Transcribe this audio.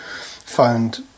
found